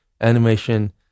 Animation